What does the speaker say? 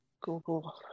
Google